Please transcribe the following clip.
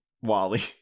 wally